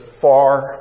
far